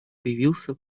появился